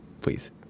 please